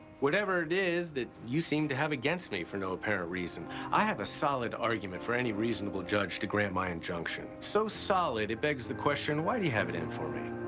whatever it is that you seem to have against me for no apparent reason. i have a solid argument for any reasonable judge to grant my injunction, so solid it begs the question why do you have it in for me?